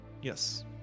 Yes